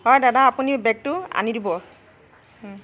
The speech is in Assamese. হয় দাদা আপুনি বেগটো আনি দিব